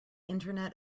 internet